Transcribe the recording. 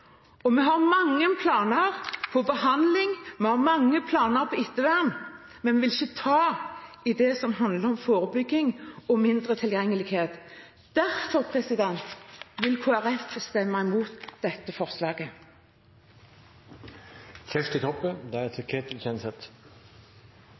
Vi har mange planer for behandling, vi har mange planer for ettervern, men vi vil ikke ta tak i det som handler om forebygging og mindre tilgjengelighet. Derfor vil Kristelig Folkeparti stemme imot dette forslaget.